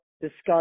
discuss